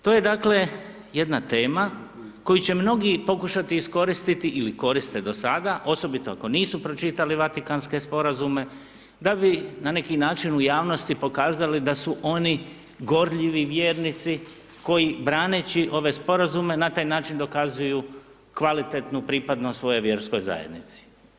To je, dakle, jedna tema koju će mnogi pokušati iskoristiti, ili koriste do sada, osobito ako nisu pročitali Vatikanske sporazume, da bi na neki način u javnosti pokazali da su oni gorljivi vjernici, koji braneći ove sporazume na taj način dokazuju kvalitetnu pripadnost svojoj vjerskoj zajednici.